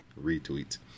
retweets